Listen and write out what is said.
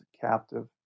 captive